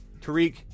Tariq